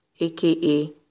aka